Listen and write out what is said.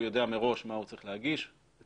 הוא יודע מראש מה הוא צריך להגיש ואין